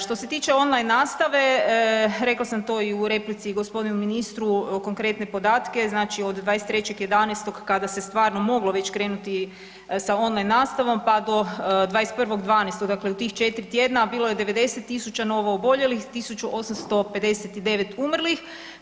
Što se tiče online nastave, rekla sam to i u replici g. ministru konkretne podatke, znači od 23.11. kada se stvarno moglo već krenuti sa online nastavom, pa do 21.12., dakle u tih 4 tjedna bilo je 90.000 novooboljelih, 1859 umrlih.